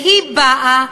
והיא באה